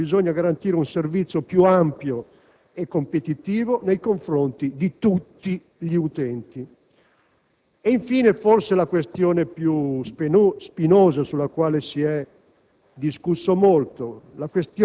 Inoltre, riteniamo che occorra garantire un servizio più ampio e competitivo nei confronti di tutti gli utenti. Infine, la questione forse più spinosa, sulla quale si è